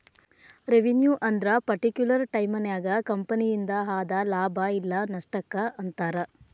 revenue ಅಂದ್ರ particular ಟೈಮನ್ಯಾಗ ಕಂಪನಿಯಿಂದ ಆದ ಲಾಭ ಇಲ್ಲ ನಷ್ಟಕ್ಕ ಅಂತಾರ